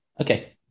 Okay